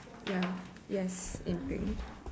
ya yes